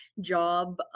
job